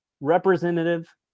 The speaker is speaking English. representative